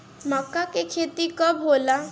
माका के खेती कब होला?